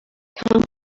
camel